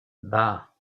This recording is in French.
bah